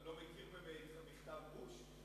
אתה לא מכיר במכתב בוש?